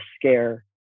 scare